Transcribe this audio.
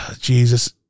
Jesus